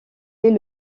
est